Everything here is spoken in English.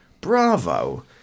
Bravo